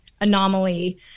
anomaly